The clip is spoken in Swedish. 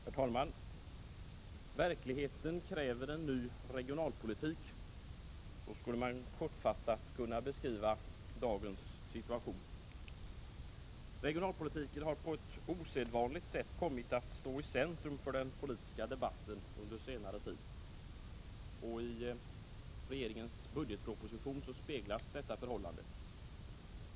Herr talman! Verkligheten kräver en ny regionalpolitik. Så skulle man kortfattat kunna beskriva dagens situation. Regionalpolitiken har på ett osedvanligt sätt kommit att stå i centrum för den politiska debatten under senare tid, och i regeringens budgetproposition avspeglas detta förhållande.